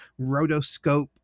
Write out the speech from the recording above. rotoscope